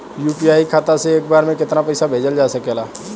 UPI खाता से एक बार म केतना पईसा भेजल जा सकेला?